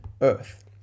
earth